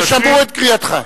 שמעו את קריאתך.